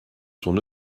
son